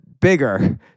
bigger